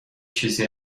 چیزی